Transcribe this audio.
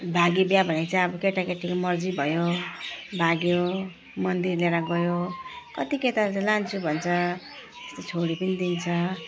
भागी बिहा भनेको चाहिँ अब केटाकेटीको मर्जी भयो भाग्यो मन्दिर लिएर गयो कति केटाहरूले लान्छु भन्छ त्यस्तो छोडी पनि दिन्छ